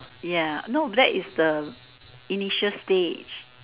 ya no that is the initial stage